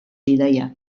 bidaia